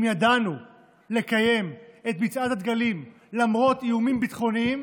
אם ידענו לקיים את מצעד הדגלים למרות איומים ביטחוניים,